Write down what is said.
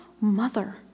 mother